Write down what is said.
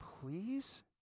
please